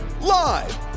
Live